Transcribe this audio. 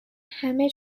همه